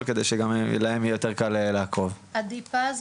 עדי פז,